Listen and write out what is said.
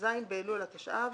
כ"ז באלול התשע"ו